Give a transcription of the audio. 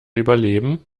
überleben